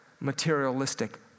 materialistic